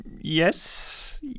Yes